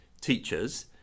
teachers